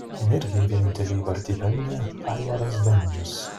energijai vienintelį įvartį pelnė aivaras bendžius